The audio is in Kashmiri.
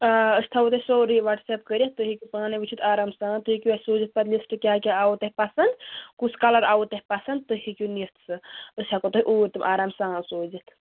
آ أسۍ تھَاوو تۄہہِ سورُے وَٹساپ کٔرِتھ تُہۍ ہیکِو پانے وٕچھتھ آرام سان تُہۍ ہیٚکو اسہِ سوٗزِتھ پَتہٕ لسٹ کیاہ کیاہ آوٗ تۄہہِ پسنٛد کُس کلر آوٗ تۄہہِ پسنٛد تُہۍ ہیٚکِو نِتھ سُہ أسۍ ہیکو تۄہہِ اوٗرۍ تہِ آرام سان